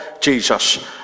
jesus